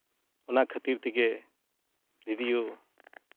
ᱚᱱᱟ ᱠᱷᱟᱹᱛᱤᱨ ᱛᱮᱜᱮ ᱨᱮᱰᱤᱭᱳ